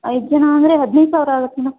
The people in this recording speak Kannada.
ಐದು ಜನ ಅಂದರೆ ಹದಿನೈದು ಸಾವಿರ ಆಗತ್ತೆ ಮೇಡಮ್